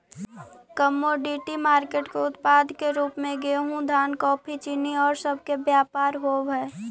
commodity market के उत्पाद के रूप में गेहूं धान कॉफी चीनी औउर सब के व्यापार होवऽ हई